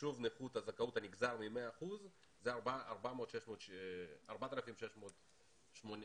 לחישוב נכות הזכאות הנגזר מ-100% זה 468 שקלים.